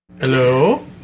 Hello